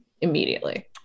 immediately